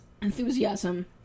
enthusiasm